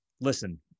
listen